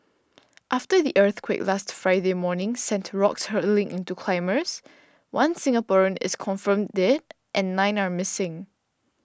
after the earthquake last Friday morning sent rocks hurtling into climbers one Singaporean is confirmed dead and nine are missing